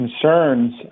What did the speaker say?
concerns